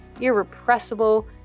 irrepressible